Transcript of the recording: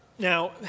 Now